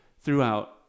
throughout